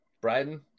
Bryden